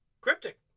Cryptic